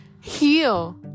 heal